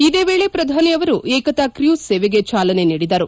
ಇದೇ ವೇಳೆ ಪ್ರಧಾನಿ ಅವರು ಏಕತಾ ಕ್ರೂಸ್ ಸೇವೆಗೆ ಚಾಲನೆ ನೀಡಿದರು